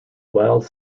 wild